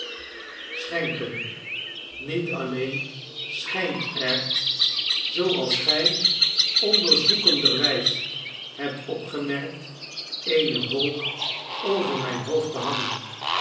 schenken niet alleen s c b ij n t er zooals gy onderzoekenderwys hebt opgemerkt eene wolk over myn hoofd te hangen